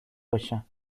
باشم